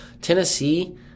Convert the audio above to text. Tennessee